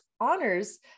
honors